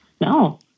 No